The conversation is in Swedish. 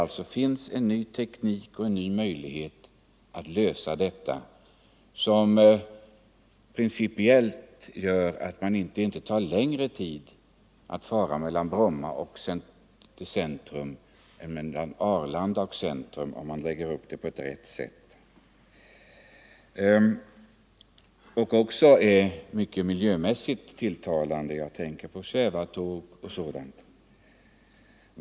Det finns en ny teknik som gör det möjligt att lösa transportproblemen så att det inte tar längre tid att fara mellan Arlanda och centrum än mellan Bromma och centrum. En sådan lösning är också miljömässigt mycket tilltalande — jag tänker t.ex. på svävartåg.